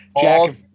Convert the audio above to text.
Jack